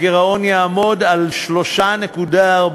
הגירעון יעמוד על 3.4%,